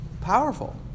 powerful